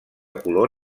color